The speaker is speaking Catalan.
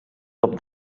cop